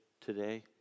today